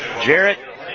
Jarrett